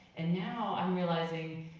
and now i'm realizing,